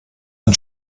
ein